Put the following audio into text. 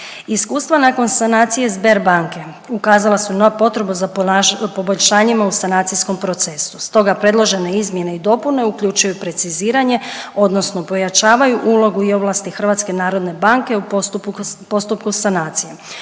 Iskustva nakon sanacije Sberbanke ukazala su na potrebu za poboljšanjima u sanacijskom procesu, stoga predložene izmjene i dopune uključuju preciziranje odnosno pojačavaju ulogu i ovlasti Hrvatske narodne banke u postupku sanacije,